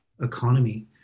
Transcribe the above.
economy